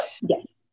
yes